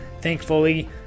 thankfully